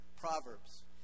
Proverbs